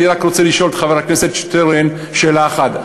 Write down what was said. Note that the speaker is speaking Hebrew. אני רק רוצה לשאול את חבר הכנסת שטרן שאלה אחת.